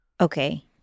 Okay